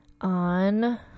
on